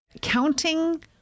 counting